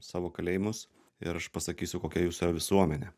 savo kalėjimus ir aš pasakysiu kokia jūsų yra visuomenė